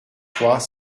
trois